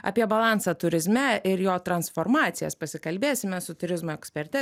apie balansą turizme ir jo transformacijas pasikalbėsime su turizmo eksperte